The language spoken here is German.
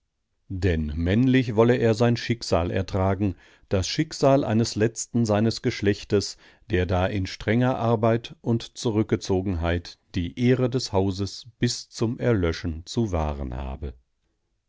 denn männlich wolle er sein schicksal ertragen das schicksal eines letzten seines geschlechtes der da in strenger arbeit und zurückgezogenheit die ehre des hauses bis zum erlöschen zu wahren habe